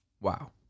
Wow